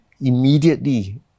immediately